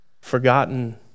forgotten